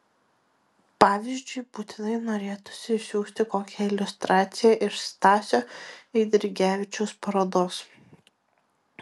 pavyzdžiui būtinai norėtųsi išsiųsti kokią iliustraciją iš stasio eidrigevičiaus parodos